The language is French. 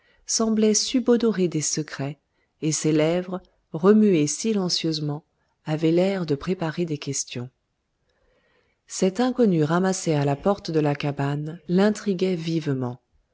semblait subodorer des secrets et ses lèvres remuées silencieusement avaient l'air de préparer des questions cette inconnue ramassée à la porte de la cabane l'intriguait vivement